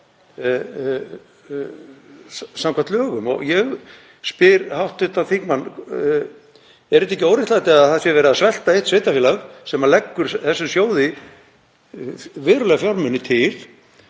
samkvæmt lögum. Og ég spyr hv. þingmann: Er þetta ekki óréttlæti að að verið sé að svelta eitt sveitarfélag sem leggur þessum sjóði verulega fjármuni til?